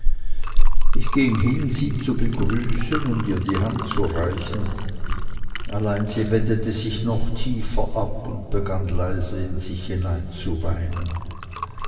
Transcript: ich ging hin sie zu begrüßen und ihr die hand zu reichen allein sie wendete sich noch tiefer ab und begann leise in sich hinein zu weinen